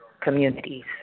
communities